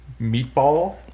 meatball